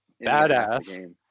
badass